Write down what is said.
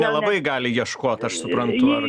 nelabai gali ieškot aš suprantu ar